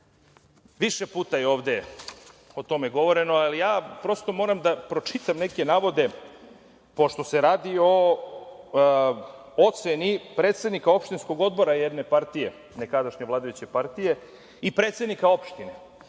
Više puta je ovde o tome govoreno. Ali, ja prosto moram da pročitam neke navode, pošto se radi o oceni predsednika opštinskog odbora jedne partije, nekadašnje vladajuće partije i predsednika opštine,